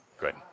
Good